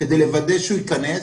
כדי לוודא שהוא ייכנס,